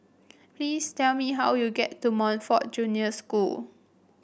please tell me how to get to Montfort Junior School